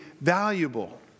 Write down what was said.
valuable